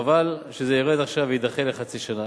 חבל שזה ירד עכשיו ויידחה בחצי שנה.